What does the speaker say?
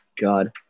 God